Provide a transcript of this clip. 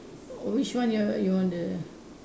oh which one you want you want the